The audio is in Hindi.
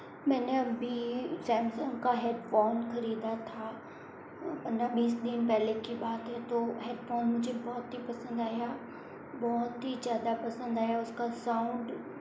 मैंने अभी सैमसंग का हेडफ़ोन खरीदा था पंद्रह बीस दिन पहले की बात है तो हेडफ़ोन मुझे बहुत ही पसंद आया बहुत ही ज़्यादा पसंद आया उस का साउंड